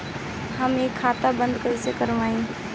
हम इ खाता बंद कइसे करवाई?